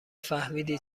فهمیدی